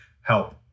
Help